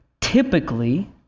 typically